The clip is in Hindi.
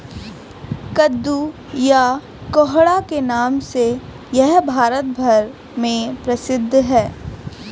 कद्दू या कोहड़ा के नाम से यह भारत भर में प्रसिद्ध है